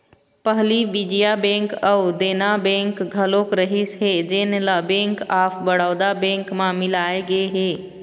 पहली विजया बेंक अउ देना बेंक घलोक रहिस हे जेन ल बेंक ऑफ बड़ौदा बेंक म मिलाय गे हे